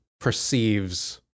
perceives